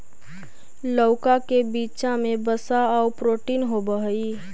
लउका के बीचा में वसा आउ प्रोटीन होब हई